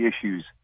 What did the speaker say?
issues